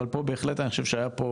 אבל פה בהחלט אני חושב שהיה פה